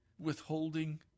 withholding